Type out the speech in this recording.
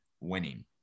winning